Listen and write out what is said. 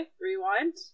Rewind